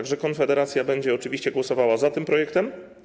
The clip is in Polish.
Konfederacja będzie oczywiście głosowała za tym projektem.